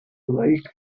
lakes